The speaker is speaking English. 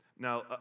Now